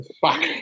Fuck